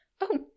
Oh